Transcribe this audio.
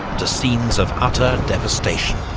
to scenes of utter devastation.